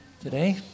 today